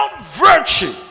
virtue